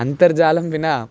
अन्तर्जालं विना